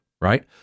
right